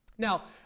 Now